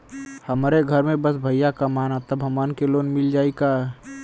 हमरे घर में बस भईया कमान तब हमहन के लोन मिल जाई का?